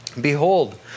Behold